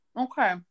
okay